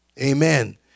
Amen